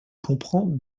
comprend